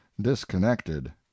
disconnected